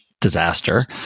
disaster